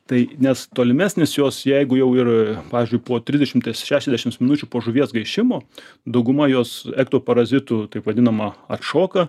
tai nes tolimesnis jos jeigu jau ir pavyzdžiui po trisdešimties šešiasdešims minučių po žuvies gaišimo dauguma jos ektoparazitų taip vadinama atšoka